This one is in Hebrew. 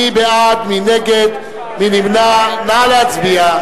מי בעד, מי נגד, מי נמנע, נא להצביע.